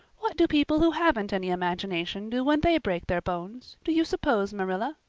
what do people who haven't any imagination do when they break their bones, do you suppose, marilla?